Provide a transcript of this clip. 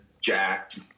jacked